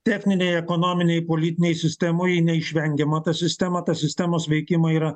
techninėj ekonominėj politinėj sistemoj neišvengiama ta sistema tą sistemos veikimą yra